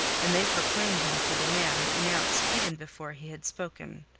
and they proclaimed him for the man announced even before he had spoken.